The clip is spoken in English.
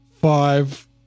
five